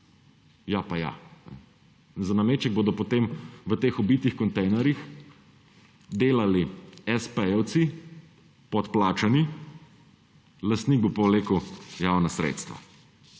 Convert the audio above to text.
Ja, pa ja! Za nameček bodo potem v teh obitih kontejnerjih delali espejevci, podplačani, lastnik bo pa vlekel javna sredstva.